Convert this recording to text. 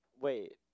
Wait